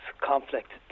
conflict